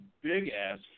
big-ass